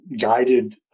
guided